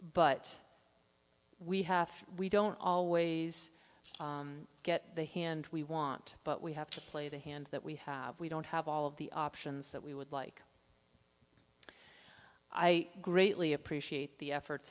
but we have we don't always get the hand we want but we have to play the hand that we have we don't have all of the options that we would like i greatly appreciate the efforts